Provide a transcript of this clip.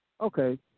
okay